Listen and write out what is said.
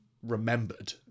remembered